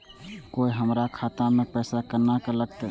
कोय हमरा खाता में पैसा केना लगते?